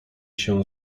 się